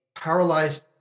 paralyzed